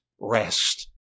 Rest